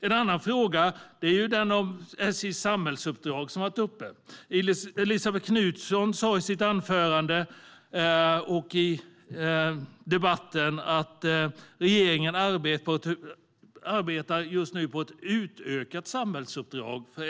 En annan fråga som har varit uppe är den om SJ:s samhällsuppdrag. Elisabet Knutsson sa i dagens debatt att regeringen arbetar på ett utökat samhällsuppdrag för SJ.